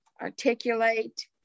articulate